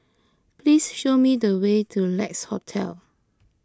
please show me the way to Lex Hotel